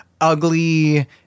ugly